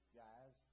guys